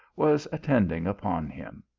was attending upon him.